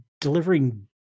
delivering